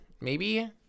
maybe-